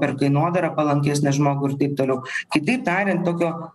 per kainodarą palankesnę žmogų ir taip toliau kitaip tariant tokio